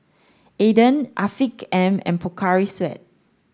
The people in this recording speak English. Aden Afiq M and Pocari Sweat